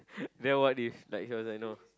then what did you like he was like no